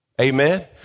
Amen